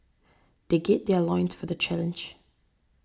they gird their loins for the challenge